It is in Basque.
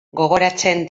gogoratzen